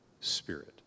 Spirit